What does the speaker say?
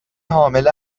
حامله